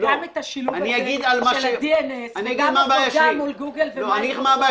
גם את השילוב הזה של ה-DNS וגם עבודה מול גוגל ומיקרוסופוט,